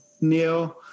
Neil